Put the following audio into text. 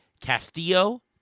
Castillo